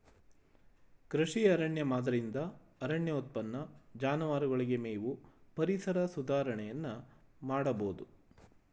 ಕೃಷಿ ಅರಣ್ಯ ಮಾದರಿಯಿಂದ ಅರಣ್ಯ ಉತ್ಪನ್ನ, ಜಾನುವಾರುಗಳಿಗೆ ಮೇವು, ಪರಿಸರ ಸುಧಾರಣೆಯನ್ನು ಮಾಡಬೋದು